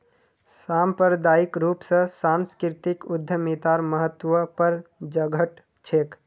सांप्रदायिक रूप स सांस्कृतिक उद्यमितार महत्व हर जघट छेक